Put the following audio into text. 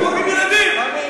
אתם, ילדים.